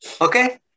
Okay